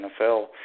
NFL